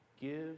Give